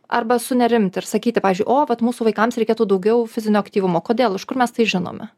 arba sunerimti ir sakyti pavyzdžiui o vat mūsų vaikams reikėtų daugiau fizinio aktyvumo kodėl iš kur mes tai žinome